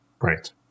right